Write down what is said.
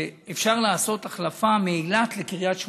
אפשר לעשות החלפה מאילת לקריית שמונה,